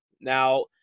Now